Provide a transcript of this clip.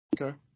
Okay